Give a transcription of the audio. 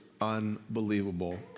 unbelievable